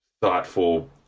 thoughtful